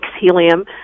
helium